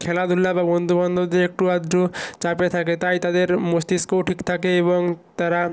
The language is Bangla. খেলাধুলা বা বন্ধু বান্ধবদের একটু আধটু চাপে থাকে তাই তাদের মস্তিষ্কও ঠিক থাকে এবং তারা